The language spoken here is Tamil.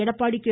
எடப்பாடி கே